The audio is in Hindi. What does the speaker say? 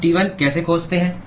हम T1 कैसे खोजते हैं